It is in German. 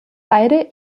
beide